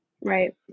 Right